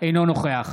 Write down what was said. אינו נוכח